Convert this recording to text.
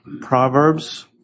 Proverbs